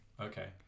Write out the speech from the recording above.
Okay